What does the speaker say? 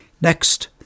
Next